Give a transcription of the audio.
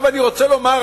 עכשיו אני רוצה לומר,